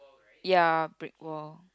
ya brick wall